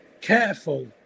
careful